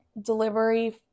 delivery